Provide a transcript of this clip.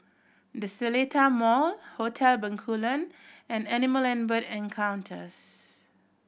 The Seletar Mall Hotel Bencoolen and Animal and Bird Encounters